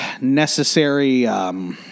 necessary